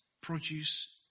produce